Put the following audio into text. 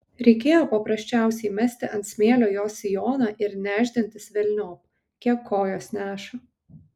reikėjo paprasčiausiai mesti ant smėlio jos sijoną ir nešdintis velniop kiek kojos neša